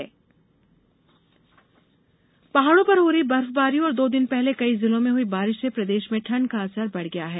मौसम पहाड़ों पर हो रही बर्फबारी और दो दिन पहले कई जिलों में हई बारिश से प्रदेश में ठंड का असर बढ़ गया है